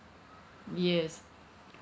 yes